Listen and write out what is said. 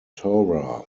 torah